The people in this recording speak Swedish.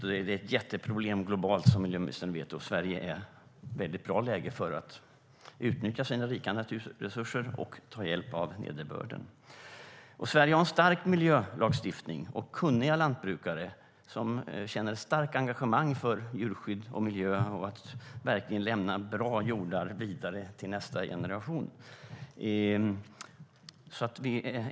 Vatten är ett jätteproblem globalt, som miljöministern vet, och Sverige är i ett väldigt bra läge för att utnyttja sina rika naturresurser och ta hjälp av nederbörden. Sverige har en stark miljölagstiftning och kunniga lantbrukare som känner starkt engagemang för djurskydd och miljö och för att lämna bra jordar vidare till nästa generation.